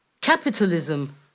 Capitalism